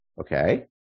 okay